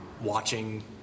watching